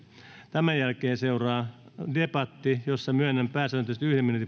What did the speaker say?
tämän jälkeen seuraa debatti jossa myönnän pääsääntöisesti